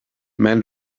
men